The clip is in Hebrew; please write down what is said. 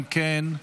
אם כן,